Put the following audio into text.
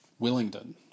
Willingdon